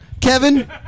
Kevin